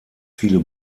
viele